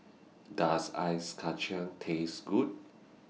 Does Ice Kacang Taste Good